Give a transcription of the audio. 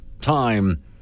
time